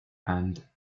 and